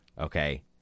okay